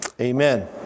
Amen